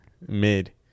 mid